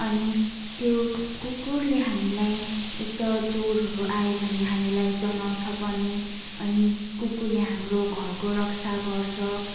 अनि त्यो कुकुरले हामीलाई एक त चोरहरू आयो भने हामीलाई जनाउँछ पनि अनि कुकुरले हाम्रो घरको रक्षा गर्छ